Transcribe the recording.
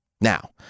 Now